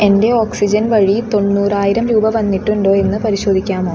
എൻ്റെ ഓക്സിജൻ വഴി തൊണ്ണൂറായിരം രൂപ വന്നിട്ടുണ്ടോ എന്ന് പരിശോധിക്കാമോ